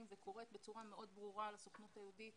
וקוראת בצורה מאוד ברורה לסוכנות היהודית